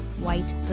White